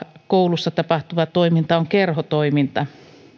koulussa tapahtuva toiminta on kerhotoiminta